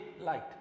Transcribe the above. light